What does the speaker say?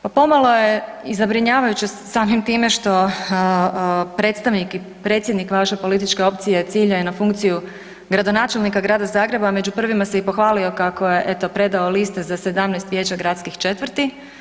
Pa pomalo je i zabrinjavajuće samim time što predstavnik i predsjednik vaše političke opcije ciljaju na funkciju gradonačelnika grada Zagreba, a među prvima se i pohvalio kako je eto, predao liste za 17 vijeća gradskih četvrti.